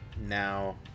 now